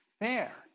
fair